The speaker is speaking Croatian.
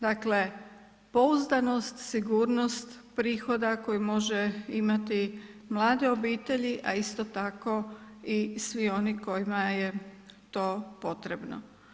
Dakle pouzdanost, sigurnost prihoda koje mogu imati mlade obitelji a isto tako i svi oni kojima je to potrebno.